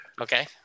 okay